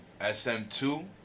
SM2